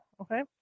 okay